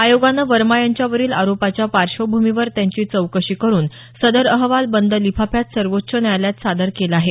आयोगानं वर्मा यांच्यावरील आरोपाच्या पार्श्वभूमीवर त्यांची चौकशी करून सदर अहवाल बंद लिफाफ्यात सर्वोच्च न्यायालयात सादर केला आहे